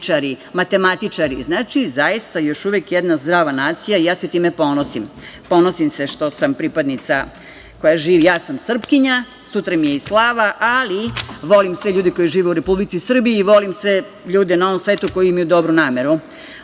matematičari. Znači, zaista još uvek jedna zdrava nacija i ja se time ponosim. Ponosim se što sam pripadnica koja živi… Ja sam srpkinja, sutra mi je i slava, ali i volim sve ljude koji žive u Republici Srbiji i volim sve ljude na ovom svetu koji imaju dobru nameru. Ono